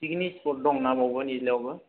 पिगिनिक spot दंना बावबो निज्लायावबो